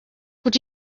would